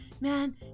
man